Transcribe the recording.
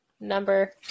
number